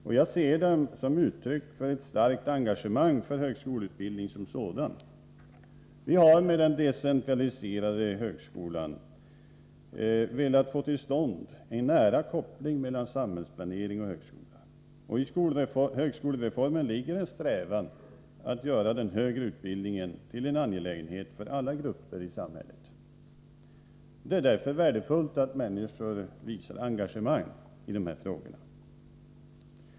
Jag ser dessa opinionsyttringar som uttryck för ett starkt engagemang för högskoleutbildningen som sådan. Vi har med den decentraliserade högskolan velat få till stånd en nära koppling mellan samhällsplanering och högskola. I högskolereformen finns det en strävan att göra den högre utbildningen till en angelägenhet för alla grupper i samhället. Det är därför värdefullt att människor visar engagemang när det gäller dessa frågor.